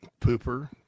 pooper